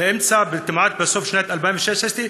באמצע, כמעט בסוף, שנת 2016,